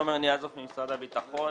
תומר ניאזוף, משרד הביטחון.